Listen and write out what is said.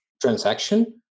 transaction